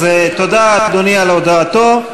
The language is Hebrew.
תודה, אדוני, על הודעתו.